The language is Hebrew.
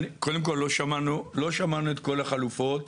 קודם כול לא שמענו את כל החלופות.